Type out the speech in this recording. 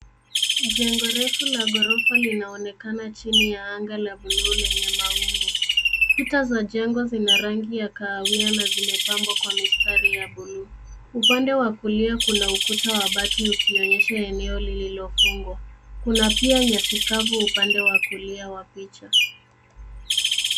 Jengo refu la ghorofa linaonekana chini ya anga la buluu lenye mawingu Kuta za jengo zina rangi ya kahawia na zimepambwa kwa mistari ya buluu, upande wa kulia kuna ukuta wa bati ukionyesha eneo lililofungwa, kuna pia nyasi kavu upande wa kulia wa picha.